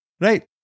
Right